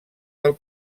del